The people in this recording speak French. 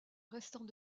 restant